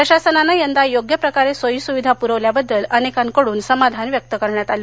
प्रशासनानं यंदा योग्य प्रकारे सोयी सुविधा पुरवल्याबद्दल अनेकांकडून समाधान व्यक्त करण्यात आलं